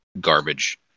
garbage